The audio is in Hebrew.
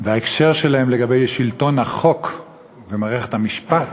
וההקשר שלו לשלטון החוק ומערכת המשפט,